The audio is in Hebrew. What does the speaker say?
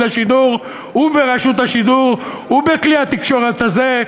השידור וברשות השידור ובכלי התקשורת הזה.